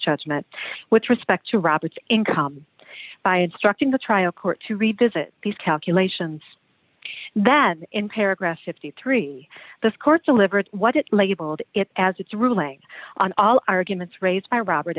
judgment with respect to robert's income by instructing the trial court to read visit these calculations that in paragraph fifty three the court's livered what it labelled it as its ruling on all arguments raised by robert